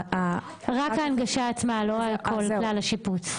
רק ההנגשה עצמה, לא כלל השיפוץ.